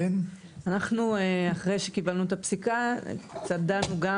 אנחנו אחרי שקיבלנו את הפסיקה קצת דנו גם